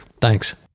thanks